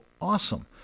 awesome